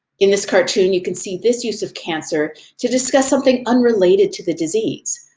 in this cartoon, you can see this use of cancer to discuss something unrelated to the disease,